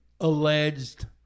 alleged